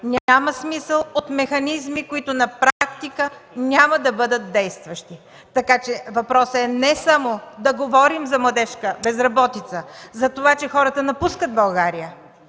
Няма смисъл от механизми, които на практика няма да бъдат действащи. Така че въпросът е не само да говорим за младежка безработица, това, че хората напускат България,